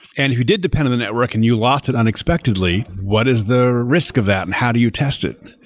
and who did depend on the network and you lost it unexpectedly, what is the risk of that and how do you test it?